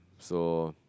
so